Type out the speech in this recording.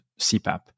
CPAP